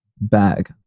bag